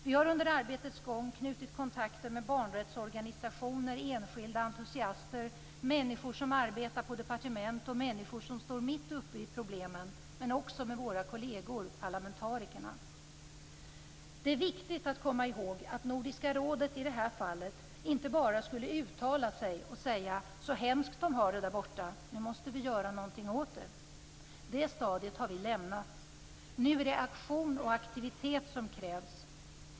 Vi har under arbetets gång knutit kontakter med barnrättsorganisationer, enskilda entusiaster, människor som arbetar på departement och människor som står mitt uppe i problemen, men också med våra kolleger parlamentarikerna. Det är viktigt att komma ihåg att Nordiska rådet i det här fallet inte bara skulle uttala sig och säga: Så hemskt de har det där borta, nu måste vi göra någonting åt det. Det stadiet har vi lämnat. Nu är det aktion och aktivitet som krävs.